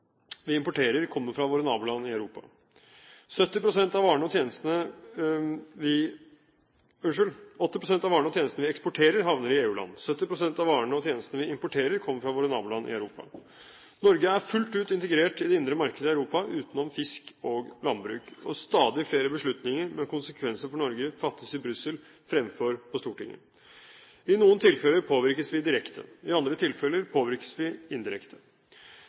vi eksporterer, havner i EU-land. 70 pst. av varene og tjenestene vi importerer, kommer fra våre naboland i Europa. Norge er fullt ut integrert i det indre markedet i Europa utenom fisk og landbruk, og stadig flere beslutninger med konsekvenser for Norge fattes i Brussel fremfor på Stortinget. I noen tilfeller påvirkes vi direkte, i andre tilfeller påvirkes vi indirekte.